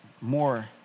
more